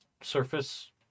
surface